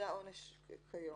זה העונש כיום.